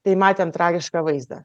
tai matėm tragišką vaizdą